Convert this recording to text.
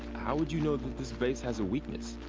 how would you know that this base has a weakness?